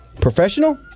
professional